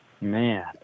Man